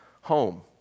home